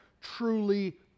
truly